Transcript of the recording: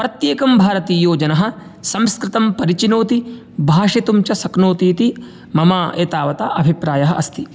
प्रत्येकं भारतीयो जनः संस्कृतं परिचिनोति भाषितुं च शक्नोति इति मम एतावता अभिप्रायः अस्ति